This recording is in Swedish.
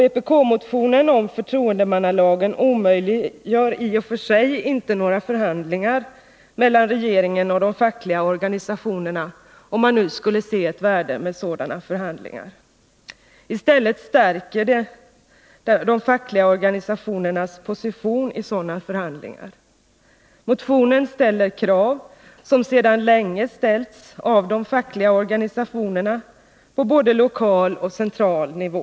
Vpk-motionen om förtroendemannalagen omöjliggör inte i och för sig förhandlingar mellan regeringen och de fackliga organisationerna — om man nu skulle se ett värde i förhandlingar. I stället skulle de fackliga organisa tionernas position i sådana förhandlingar stärkas. Motionen ställer krav som Nr 34 sedan länge ställts av de fackliga organisationerna på både lokal och central nivå.